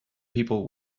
people